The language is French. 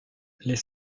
les